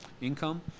income